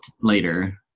later